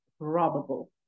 probable